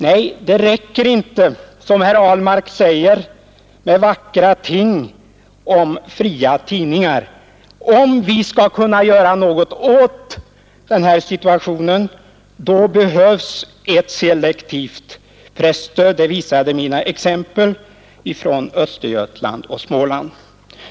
Nej, det räcker inte, som herr Ahlmark säger, med vackra ord om fria tidningar. Om vi skall kunna göra något verkningsfullt i den här situationen, behövs det ett selektivt presstöd. Det visar mina exempel ifrån Östergötland och Småland.